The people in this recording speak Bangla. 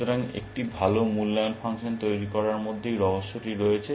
সুতরাং একটি ভাল মূল্যায়ন ফাংশন তৈরি করার মধ্যেই রহস্যটি রয়েছে